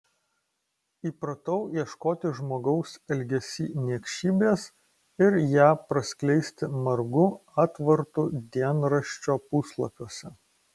įpratau ieškoti žmogaus elgesy niekšybės ir ją praskleisti margu atvartu dienraščio puslapiuose